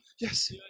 yes